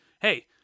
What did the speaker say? Hey